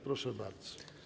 Proszę bardzo.